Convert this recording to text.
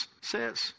says